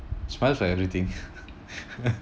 smiles at everything